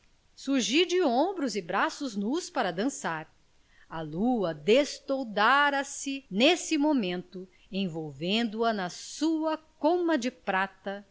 surgir de ombros e braços nus para dançar a lua destoldara se nesse momento envolvendo a na sua coma de prata